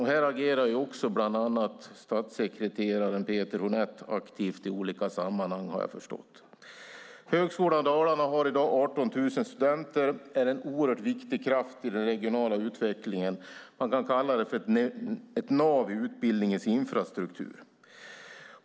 Här agerar bland annat statssekreteraren Peter Honeth aktivt i olika sammanhang, har jag förstått. Högskolan Dalarna har i dag 18 000 studenter. Det är en oerhört viktig kraft i den regionala utvecklingen. Man kan kalla det för ett nav i utbildningens infrastruktur.